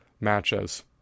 matches